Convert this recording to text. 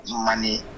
money